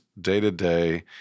day-to-day